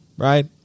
right